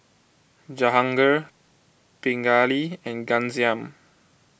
Jahangir Pingali and Ghanshyam